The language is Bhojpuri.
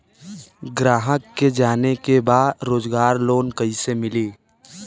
ग्राहक के जाने के बा रोजगार लोन कईसे मिली?